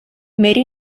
made